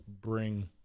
bring